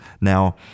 Now